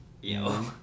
yo